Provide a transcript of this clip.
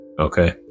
Okay